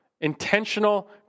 intentional